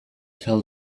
tell